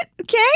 okay